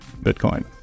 Bitcoin